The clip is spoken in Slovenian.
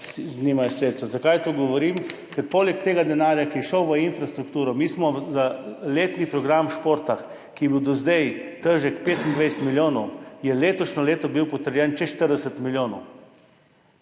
starši nimajo sredstev. Zakaj to govorim? Ker smo poleg tega denarja, ki je šel v infrastrukturo, za letni program športa, ki je bil do zdaj težek 25 milijonov, za letošnje leto potrdili čez 40 milijonov